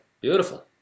Beautiful